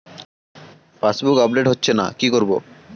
Passbook update হচ্ছেনা কি করবো?